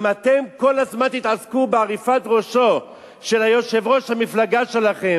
אם אתם כל הזמן תתעסקו בעריפת ראשו של יושב-ראש המפלגה שלכם